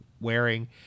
wearing